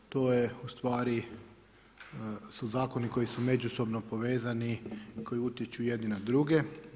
To je ustvari su zakoni koji su međusobno povezani koji utječu jedni na druge.